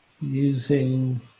using